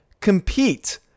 compete